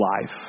life